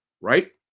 Right